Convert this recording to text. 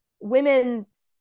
women's